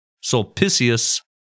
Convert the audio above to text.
Sulpicius